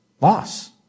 loss